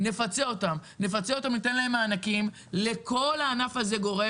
הענף וניתן מענקים באופן גורף לכל הענף.